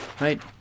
Right